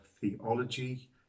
theology